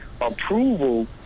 approval